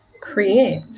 create